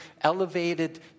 elevated